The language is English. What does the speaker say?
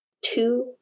two